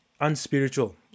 unspiritual